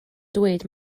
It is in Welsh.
dweud